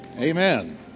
amen